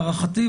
להערכתי,